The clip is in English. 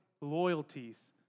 loyalties